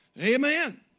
Amen